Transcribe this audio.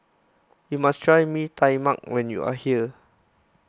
you must try Mee Tai Mak when you are here